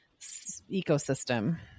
ecosystem